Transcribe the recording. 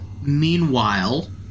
meanwhile